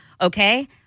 okay